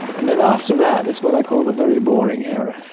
and then after that is what i call the very boring era,